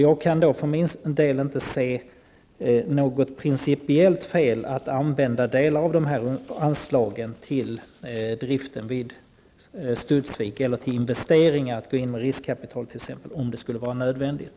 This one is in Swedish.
Jag kan inte se något principiellt fel i att använda delar av dessa anslag till driften vid Studsvik eller att, om det skulle vara nödvändigt, gå in med riskkapital till investeringar.